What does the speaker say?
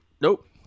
Nope